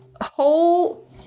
whole